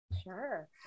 Sure